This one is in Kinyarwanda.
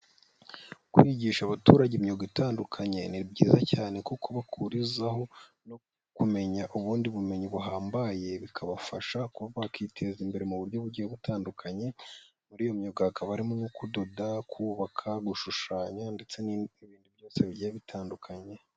Kwigisha abaturage imyuga itandukanye ni byiza cyane kuba bakuririzaho no kumenya ubundi bumenyi buhambaye, bikabafasha bakiteza imbere mu buryo bugiye butandukanye, muri iyo myuga hakaba harimo nko kudoda, kubaka, gushushanya ndetse n'ibindi byose bigiye bitandukanye.